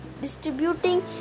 distributing